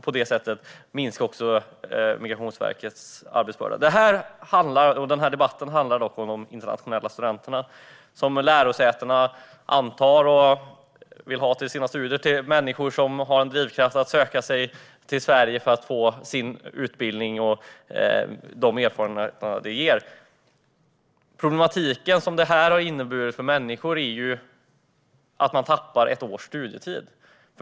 På det sättet skulle man också minska Migrationsverkets arbetsbörda. Den här debatten handlar om internationella sökande som lärosätena antar och vill ha som studenter. Det är människor som har en drivkraft att söka sig till Sverige för att få utbildning och de erfarenheter som det medför. Problematiken som det här har inneburit är att man tappar ett års studietid.